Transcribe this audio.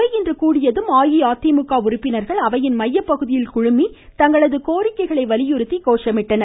அவை இன்று கூடியதும் அஇஅதிமுக உறுப்பினர்கள் அவையின் மையபகுதியில் கூடி தங்களது கோரிக்கைகளை வலியுறுத்தி கோஷமிட்டனர்